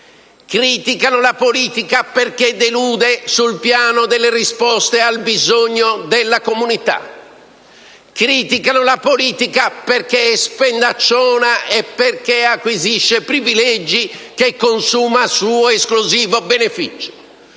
Criticano la politica perché delude sul piano delle risposte al bisogno della comunità. Criticano la politica perché è spendacciona e perché acquisisce privilegi che consuma a suo esclusivo beneficio.